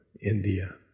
India